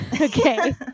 Okay